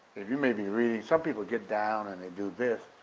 if you may be reading, some people get down and they do this.